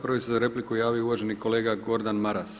Prvi se za repliku javio uvaženi kolega Gordan Maras.